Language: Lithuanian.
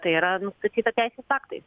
tai yra nustatyta teisės aktais